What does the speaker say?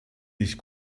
nicht